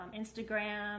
Instagram